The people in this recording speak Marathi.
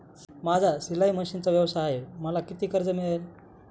माझा शिलाई मशिनचा व्यवसाय आहे मला किती कर्ज मिळेल?